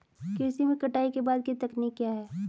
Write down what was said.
कृषि में कटाई के बाद की तकनीक क्या है?